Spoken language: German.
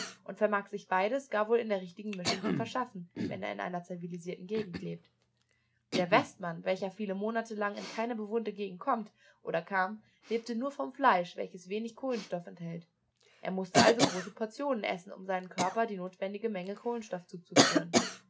und vermag sich beides gar wohl in der richtigen mischung zu verschaffen wenn er in einer zivilisierten gegend lebt der westmann welcher viele monate lang in keine bewohnte gegend kommt oder kam lebte nur vom fleische welches wenig kohlenstoff enthält er mußte also große portionen essen um seinem körper die notwendige menge kohlenstoff zuzuführen